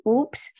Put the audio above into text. Oops